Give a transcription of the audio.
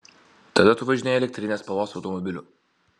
tada tu važinėjai elektrinės spalvos automobiliu